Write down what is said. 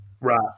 Right